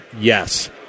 yes